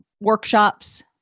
workshops